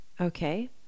okay